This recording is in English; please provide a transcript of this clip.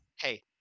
Hey